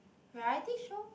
variety show